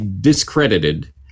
discredited